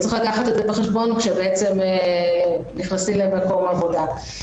צריך לקחת את זה בחשבון כאשר נכנסים למקום עבודה.